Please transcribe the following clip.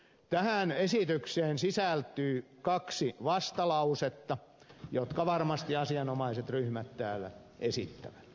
tähän esitykseen sisältyy kaksi vastalausetta jotka varmasti asianomaiset ryhmät täällä esittävät